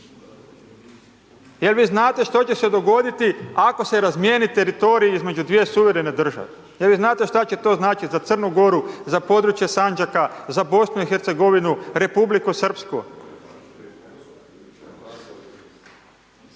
Je li vi znate što će se dogoditi ako se razmijeni teritorij između dvije suverene države? Je li vi znate što će to značiti za Crnu Goru, sa područje Sandžaka, za BiH, Republiku Srpsku? Poštovana g.